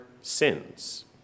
sins